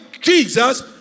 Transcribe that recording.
Jesus